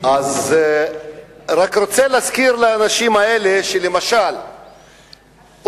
אז אני רק רוצה להזכיר לאנשים האלה שלמשל אום-אל-פחם,